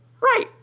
Right